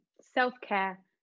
Self-care